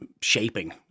shaping